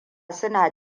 suna